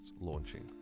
launching